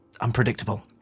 unpredictable